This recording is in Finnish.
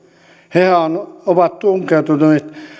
hehän ovat tunkeutuneet